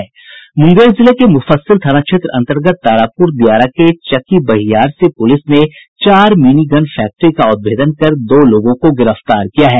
मुंगेर जिले के मुफस्सिल थाना क्षेत्र अन्तर्गत तारापुर दियारा के चकी बहियार से पुलिस ने चार मिनी गन फैक्ट्री का उद्भेदन कर दो लोगों को गिरफ्तार किया है